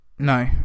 No